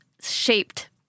shaped